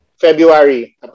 February